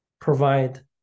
provide